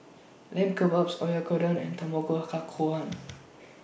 Lamb Kebabs Oyakodon and Tamago Kake Gohan